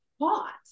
hot